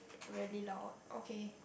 really loud okay